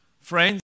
friends